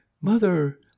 Mother